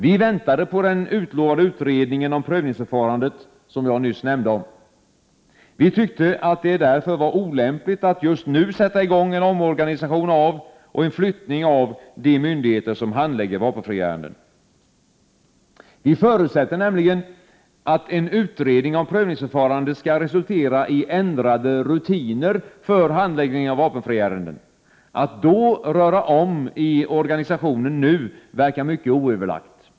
Vi väntade på den utlovade utredningen om prövningsförfarandet, som jag nyss nämnde. Vi tyckte att det därför var olämpligt att just nu sätta i gång en omorganisation av och en flyttning av de myndigheter som handlägger vapenfriärenden. Vi förutsätter nämligen att en utredning om prövningsförfarandet skall resultera i ändrade rutiner för handläggning av vapenfriärenden. Att då ”röra om” i organisationen verkar mycket oöverlagt.